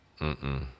Mm-mm